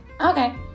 Okay